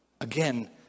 Again